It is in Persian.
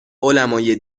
علمای